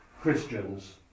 Christians